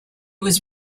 was